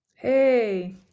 hey